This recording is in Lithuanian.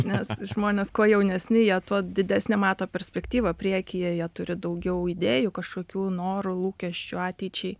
nes žmonės kuo jaunesni jie tuo didesnę mato perspektyvą priekyje jie turi daugiau idėjų kažkokių norų lūkesčių ateičiai